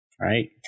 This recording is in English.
right